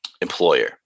employer